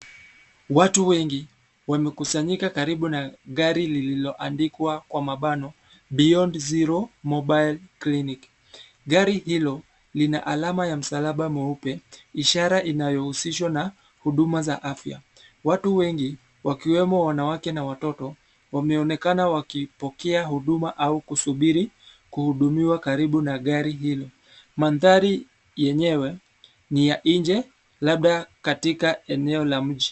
Watu wengi, wamekusanyika karibu na gari lililoandikwa Beyond Zero Mobile Clinic . Gari hilo lina alama ya msalaba mweupe, ishara inayohusishwa na huduma za afya. Watu wengi, wakiwemo wanawake na watoto, wameonekana wakipokea huduma au kusubiri kuhudumiwa karibu na gari hilo. Mandhari yenyewe, ni ya nje, labda katika eneo la mji.